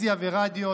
ואל תבוא שתוי למליאה,